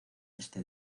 este